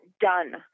done